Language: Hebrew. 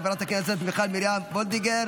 חברת הכנסת מיכל מרים וולדיגר,